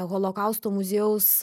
holokausto muziejaus